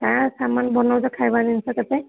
କାଣ ସାମାନ ବନଉଛ ଖାଇବା ଜିନିଷ କେତେ